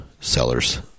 sellers